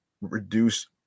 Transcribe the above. reduce